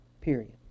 Period